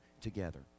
together